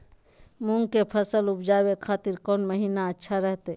मूंग के फसल उवजावे खातिर कौन महीना अच्छा रहतय?